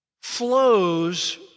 flows